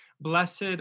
blessed